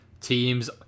Teams